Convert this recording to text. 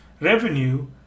revenue